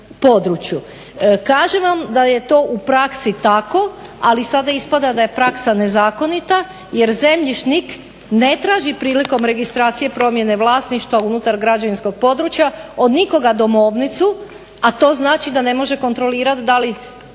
Kažem vam da je to u praksi tako ali sada ispada da je praksa nezakonita jer zemljišnik ne traži prilikom registracije promjene vlasništva unutar građevinskog područja od nikoga domovnicu a to znači da ne može kontrolirati da li